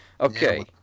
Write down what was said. Okay